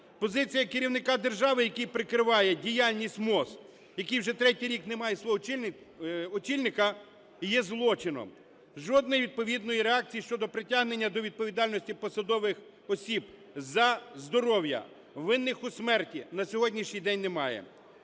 позиція керівника держави, який прикриває діяльність МОЗ, який вже третій рік не має свого очільника, і є злочином. Жодної відповідної реакції щодо притягнення до відповідальності посадових осіб за здоров'я, винних у смерті, на сьогоднішній день немає.